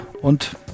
Und